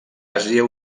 àsia